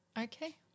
okay